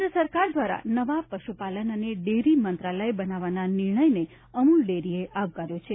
કેન્દ્ર સરકાર દ્વારા નવા પશુપાલન અને ડેરી મંત્રાલય બનાવવાના નિર્ણયને અમૂલ ડેરીએ આવકાર્યો છે